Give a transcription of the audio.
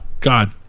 god